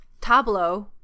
Tablo